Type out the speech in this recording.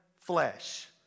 flesh